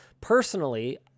personally